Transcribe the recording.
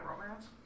romance